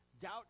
Doubt